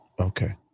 Okay